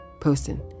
posting